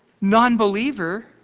non-believer